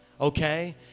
Okay